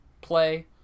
play